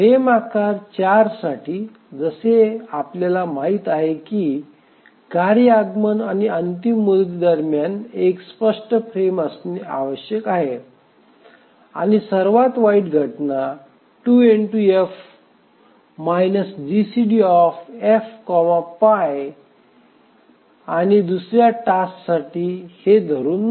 frame आकार 4 साठी जसे आपल्याला माहित आहे की कार्य आगमन आणि अंतिम मुदती दरम्यान एक स्पष्ट फ्रेम असणे आवश्यक आहे आणि सर्वात वाईट घटना 2F GCDF piआणि दुसर्या टास्कसाठी हे धरून नाही